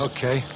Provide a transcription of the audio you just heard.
Okay